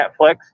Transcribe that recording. Netflix